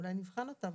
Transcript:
אולי נבחן אותה.